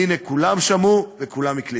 הינה, כולם שמעו וכולם הקליטו.